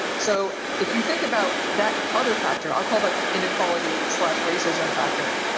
so if you think about that other factor, i'll call that the inequality slash racism factor.